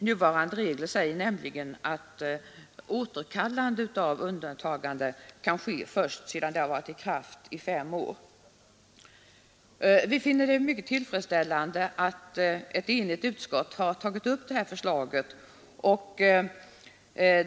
Nuvarande regler säger nämligen att återkallande av undantagande kan ske först sedan det varit i kraft fem år. Vi finner det mycket tillfredsställande att ett enigt utskott har tagit upp detta förslag.